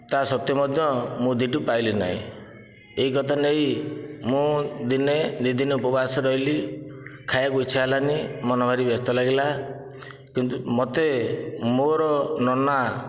ତା ସତ୍ୱେ ମଧ୍ୟ ମୁଦିଟି ପାଇଲି ନାହିଁ ଏହି କଥା ନେଇ ମୁଁ ଦିନେ ଦୁଇ ଦିନ ଉପବାସ ରହିଲି ଖାଇବାକୁ ଇଛା ହେଲାଣି ମନ ଭାରି ବ୍ୟସ୍ତ ଲାଗିଲା କିନ୍ତୁ ମୋତେ ମୋର ନନା